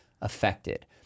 affected